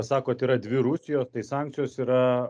sakot yra dvi rusijos tai sankcijos yra